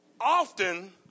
Often